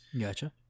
Gotcha